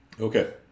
okay